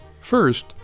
First